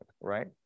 right